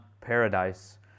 paradise